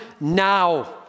now